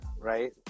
Right